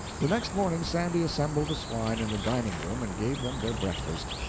the next morning sandy assembled the swine in the dining-room and gave them their breakfast,